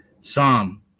Psalm